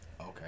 Okay